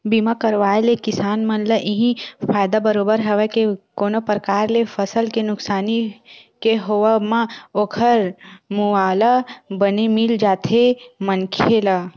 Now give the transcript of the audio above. बीमा करवाय ले किसान मन ल इहीं फायदा बरोबर हवय के कोनो परकार ले फसल के नुकसानी के होवब म ओखर मुवाला बने मिल जाथे मनखे ला